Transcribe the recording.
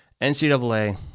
NCAA